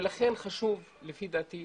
ולכן חשוב לפי דעתי,